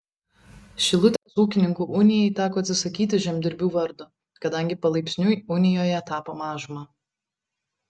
šilutės ūkininkų unijai teko atsisakyti žemdirbių vardo kadangi palaipsniui unijoje tapo mažuma